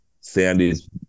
Sandy's